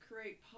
create